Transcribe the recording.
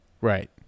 Right